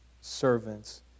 servants